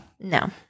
No